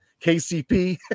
KCP